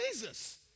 Jesus